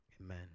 amen